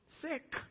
sick